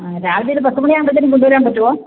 ആ രാവിലെ ഒരു പത്ത് മണി ആവുമ്പോഴത്തേക്കും കൊണ്ടു വരാൻ പറ്റുമോ